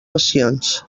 passions